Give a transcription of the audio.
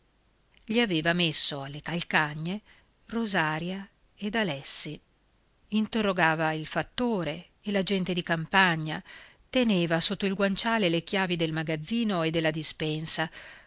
gli aveva messi alle calcagna rosaria ed alessi interrogava il fattore e la gente di campagna teneva sotto il guanciale le chiavi del magazzino e della dispensa